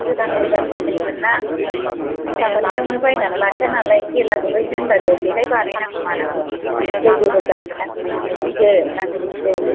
गोदान गोदान दै मोनना फैसा मोननायावनो बायना लाखाया नालाय जेला गुरहैनो होनबासो जेखाय बानाय नांगौ मानांगौ होनो लोगोबो जायो ना गुरहैनो फैदो ना गुरहैसै